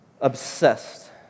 obsessed